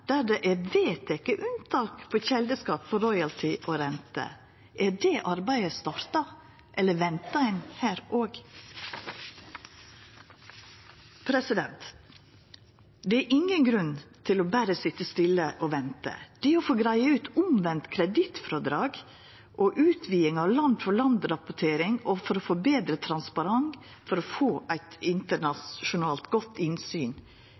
der det er vedteke unntak for kjeldeskatt på royalty og renter. Er det arbeidet starta, eller ventar ein her òg? Det er ingen grunn til berre å sitja stille og venta. Det å greia ut omvendt kredittfrådrag og utviding av land-for-land-rapportering for å få betre transparens, for å få eit internasjonalt godt innsyn,